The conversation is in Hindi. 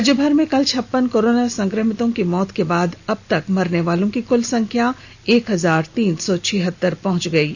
राज्य भर में कल छप्पन कोरोना संक्रमितों की मौत के बाद अब तक मरने वालों की कल संख्या बढ़कर एक हजार तीन सौ छिहतर पहुंच गई है